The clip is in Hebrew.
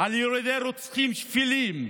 על ידי רוצחים שפלים,